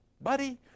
buddy